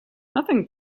nothing